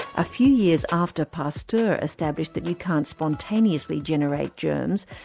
a few years after pasteur established that you can't spontaneously generate germs,